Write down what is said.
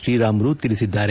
ಶ್ರೀರಾಮುಲು ತಿಳಿಸಿದ್ದಾರೆ